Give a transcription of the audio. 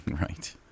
right